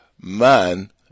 man